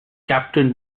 captain